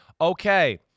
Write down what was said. okay